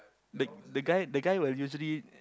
the the guy the guy will usually